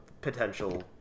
potential